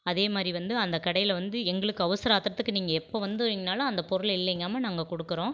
அதேமாதிரி வந்து அந்த கடையில் வந்து எங்களுக்கு அவசர ஆத்திரத்துக்கு நீங்கள் எப்போ வந்து நின்றாலும் அந்த பொருள் இல்லைங்காமல் நாங்கள் கொடுக்குறோம்